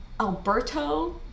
Alberto